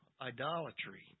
idolatry